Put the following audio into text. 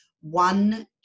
one